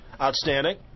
Outstanding